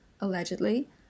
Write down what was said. allegedly